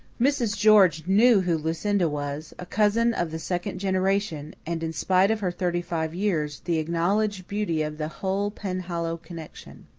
mrs. george knew who lucinda was a cousin of the second generation, and, in spite of her thirty-five years, the acknowledged beauty of the whole penhallow connection.